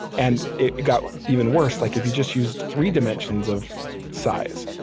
and it got even worse. like if you just used three dimensions of size,